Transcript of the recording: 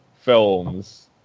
films